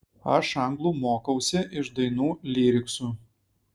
aš anglų mokausi iš dainų lyriksų